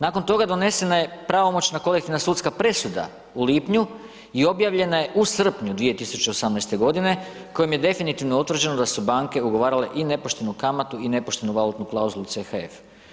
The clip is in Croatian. Nakon toga donesena je pravomoćna kolektivna sudska presuda u lipnju i objavljena je u srpnju 2018. godine kojom je definitivno utvrđeno da su banke ugovarale i nepoštenu kamatu i nepoštenu valutnu klauzulu CHF.